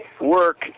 work